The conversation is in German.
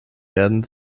werden